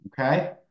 okay